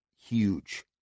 huge